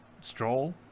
Stroll